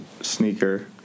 sneaker